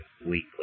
weekly